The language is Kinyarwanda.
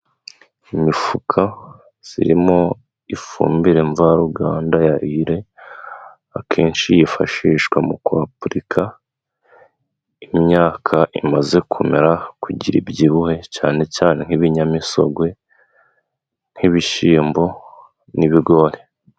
Imifuka irimo ifumbire mvaruganda ya Ire, akenshi yifashishwa mu kwapurika imyaka imaze kumera ,kugira ibyibuhe cyane cyane nk'ibinyamisorwe, nk'ibishyimbo n'ibigori.